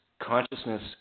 consciousness